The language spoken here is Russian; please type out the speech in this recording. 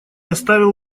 оставил